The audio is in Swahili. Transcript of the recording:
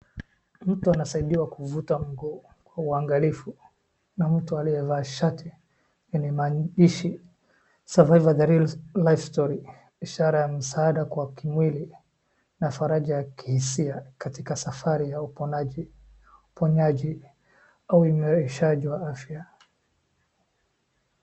Mtu anasaidiwa kuvuta mguu kwa uangalifu na mtu aliyevaa shati yenye maandishi survival the real life story ishaara ya msaada kwa kimwili na faraja ya kihisia katika safari ya uponaji uponyaji au umarishaji wa afya.